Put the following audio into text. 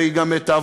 והיא גם תעבור,